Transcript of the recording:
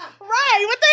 Right